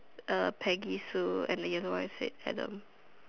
uh pegging Sue and the yellow one is said Adam